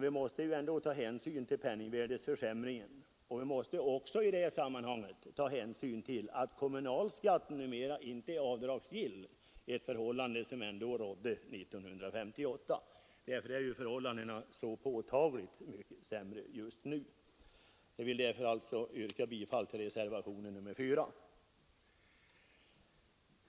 Vi måste emellertid ta hänsyn till penningvärdeförsämringen, och vi måste även ta hänsyn till att kommunalskatten numera inte är avdragsgill. Därför är förhållandena påtagligt mycket sämre nu än 1958. Herr talman! Jag ber att få yrka bifall till reservationen 4.